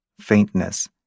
faintness